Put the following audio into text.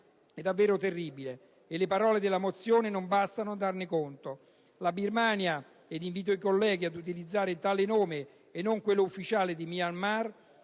è davvero terribile e le parole della mozione non bastano a darne conto. In Birmania - ed invito i colleghi ad utilizzare tale nome e non quello ufficiale di Myanmar,